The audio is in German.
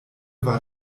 war